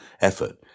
effort